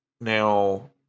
now